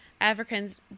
Africans